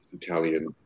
Italian